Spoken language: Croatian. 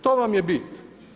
To vam je bit.